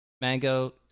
Mango